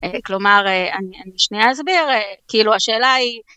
כלומר אני שנייה אסביר כאילו השאלה היא